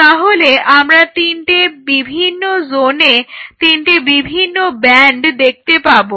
তাহলে আমরা তিনটে বিভিন্ন জোনে তিনটে বিভিন্ন ব্যান্ড দেখতে পাবো